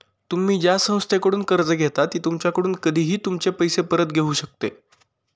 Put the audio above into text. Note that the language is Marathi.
तुम्ही ज्या संस्थेकडून कर्ज घेता ती तुमच्याकडून कधीही तुमचे पैसे परत घेऊ शकते